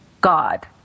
God